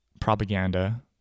propaganda